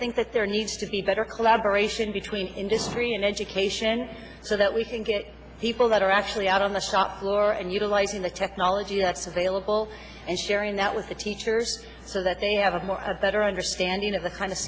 think that there needs to be better collaboration between industry and education so that we can get people that are actually out on the shop floor and utilizing the technology that's available and sharing that with the teachers so that they have more of a better understanding of the kind of